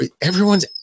everyone's